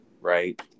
right